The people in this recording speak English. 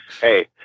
Hey